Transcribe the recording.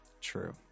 True